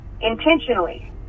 intentionally